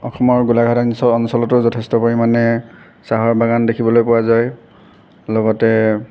অসমৰ গোলাঘাট অঞ্চলতো যথেষ্ট পৰিমাণে চাহৰ বাগান দেখিবলৈ পোৱা যায় লগতে